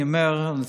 אני אומר לצערי,